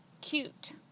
cute